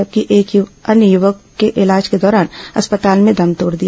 जबकि एक अन्य युवक ने इलाज के दौरान अस्पताल में दम तोड़ दिया